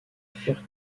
furent